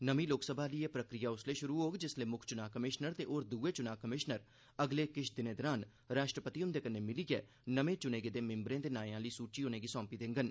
नमीं लोकसभा आह्ली एह् प्रक्रिया उसलै शुरु होग जिसलै मुक्ख चुनां कमिशनर ते होर दुए चुनां कमिशनर अगले किश दिनें दौरान राष्ट्रपति हुंदे कन्नै मिलियै नमें चुने गेदे मिम्बरें दे नाएं आह्ली सूची उनें'गी सौंपी देडन